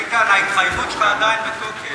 ביטן, ההתחייבות שלך עדיין בתוקף.